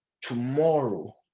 tomorrow